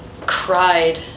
cried